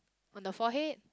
on the forehead